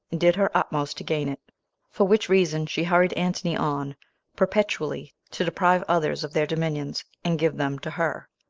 and did her utmost to gain it for which reason she hurried antony on perpetually to deprive others of their dominions, and give them to her.